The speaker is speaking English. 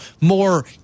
more